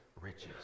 riches